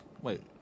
wait